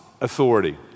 authority